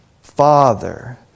Father